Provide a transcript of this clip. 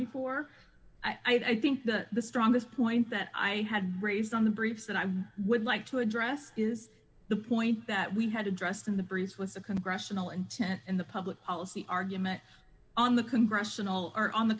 before i think that the strongest point that i had raised on the briefs that i would like to address is the point that we had addressed in the breeze with the congressional intent and the public policy argument on the congressional are on the